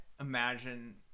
imagine